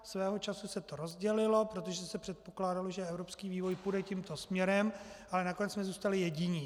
Svého času se to rozdělilo, protože se předpokládalo, že evropský vývoj půjde tímto směrem, ale nakonec jsme zůstali jediní.